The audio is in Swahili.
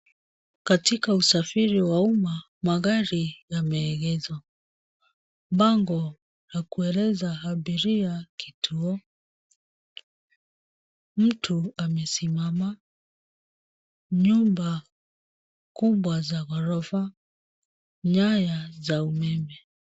Katika usafiri wa umma magari yameegeshwa. Bango ya kueleza abiria kituo, mtu amesimama, nyumba kubwa za ghorofa, nyaya za umeme.